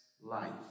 life